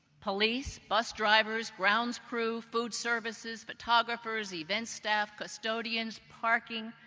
police, bus drivers, grounds crew, food services, photographers, event staff, custodians, parking,